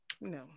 No